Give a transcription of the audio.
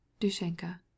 Dushenka